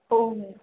हो हो